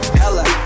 hella